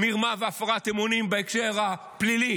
מרמה והפרת אמונים בהקשר הפלילי,